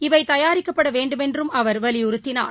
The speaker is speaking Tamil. இவை தயாரிக்கப்பட வேண்டுமென்றும் அவர் வலியுறுத்தினார்